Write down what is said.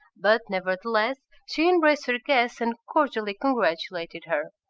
but, nevertheless, she embraced her guest, and cordially congratulated her.